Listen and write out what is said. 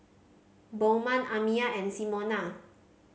Bowman Amiah and Simona